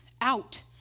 out